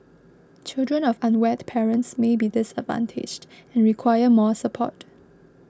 children of unwed parents may be disadvantaged and require more support